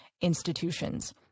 institutions